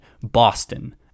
Boston